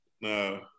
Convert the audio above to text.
No